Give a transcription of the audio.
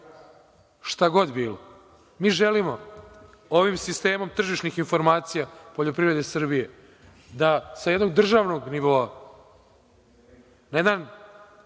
god bilo. Mi želimo ovim sistemom tržišnih informacija poljoprivrede Srbije da sa jednog državnog nivoa, na jedan